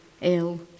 ill